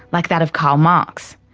like that of karl marx.